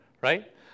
right